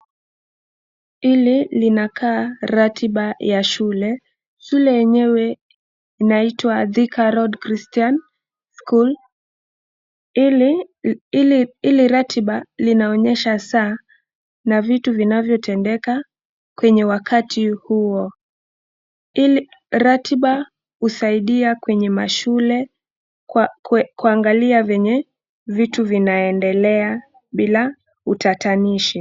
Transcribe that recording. Hili linakaa ratiba ya shule. Shule yenyewe inaitwa Thika Road Christian School. Hili hili ratiba linaonyesha saa na vitu vinavyotendeka kwenye wakati huo. Hili ratiba husaidia kwenye mashule kwa kuangalia venye vitu vinaendelea bila utatanishi.